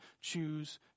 choose